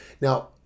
now